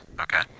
Okay